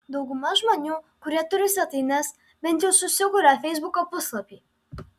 dauguma žmonių kurie turi svetaines bent jau susikuria feisbuko puslapį